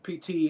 PT